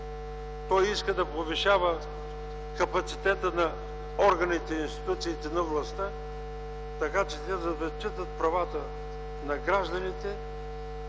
Той иска да повишава капацитета на органите и институциите на властта, така че те да зачитат правата на гражданите